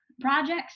projects